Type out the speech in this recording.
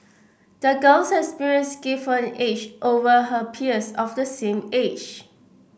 the girl's experience gave her an edge over her peers of the same age